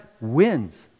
wins